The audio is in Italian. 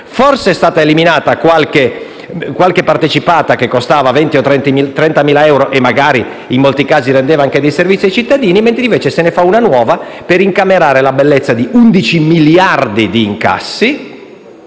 Forse è stata eliminata qualche partecipata che costava 20.000 o 30.000 euro e magari, in molti casi, rendeva anche servizi ai cittadini e poi se ne fa una nuova per incamerare la bellezza di 11 miliardi di incassi,